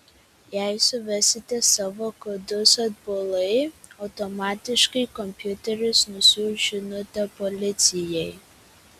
jei suvesite savo kodus atbulai automatiškai kompiuteris nusiųs žinutę policijai